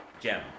gem